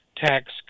Tax